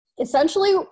essentially